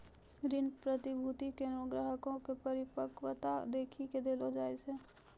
ऋण प्रतिभूती कोनो ग्राहको के परिपक्वता देखी के देलो जाय छै